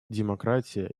демократия